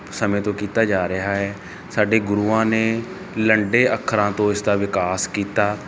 ਸਮੇਂ ਤੋਂ ਕੀਤਾ ਜਾ ਰਿਹਾ ਹੈ ਸਾਡੇ ਗੁਰੂਆਂ ਨੇ ਲੰਡੇ ਅੱਖਰਾਂ ਤੋਂ ਇਸ ਦਾ ਵਿਕਾਸ ਕੀਤਾ